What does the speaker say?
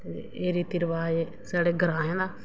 ते एह् रीति रवाज़ साढ़े ग्राएं दा